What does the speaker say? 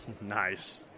Nice